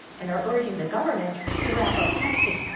and are urging the government to ramp up testing.